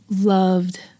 loved